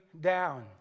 down